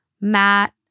Matt